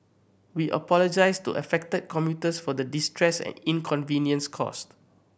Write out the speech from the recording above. we apologise to affected commuters for the distress and inconvenience caused